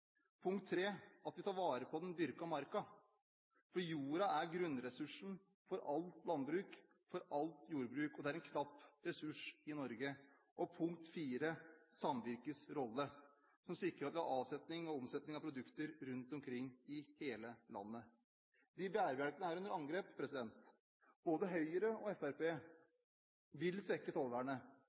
Punkt 3. At vi tar vare på den dyrkete marka, for jorda er grunnressursen for alt landbruk og alt jordbruk, og det er en knapp ressurs i Norge. Punkt 4. Samvirkets rolle – som sikrer at vi har avsetning og omsetning av produkter rundt omkring i hele landet. Disse bærebjelkene er under angrep. Både Høyre og Fremskrittspartiet vil svekke tollvernet